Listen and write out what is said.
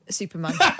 superman